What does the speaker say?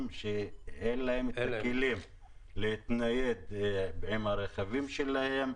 שאין לה את הכלים להתנייד עם הרכבים שלהם.